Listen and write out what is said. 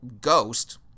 ghost